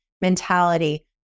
mentality